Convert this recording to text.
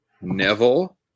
Neville